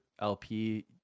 LP